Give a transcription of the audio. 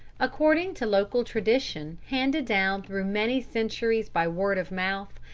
according to local tradition, handed down through many centuries by word of mouth,